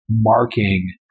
marking